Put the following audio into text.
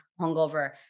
hungover